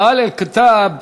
"אָהָל אל-כּתָאבּ"